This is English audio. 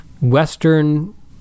Western